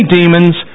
demons